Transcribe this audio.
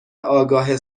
آگاه